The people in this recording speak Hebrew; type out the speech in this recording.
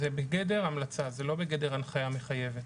זה בגדר המלצה, זה לא בגדר הנחיה מחייבת.